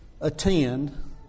attend